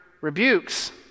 rebukes